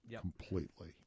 completely